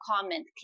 comment